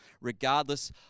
regardless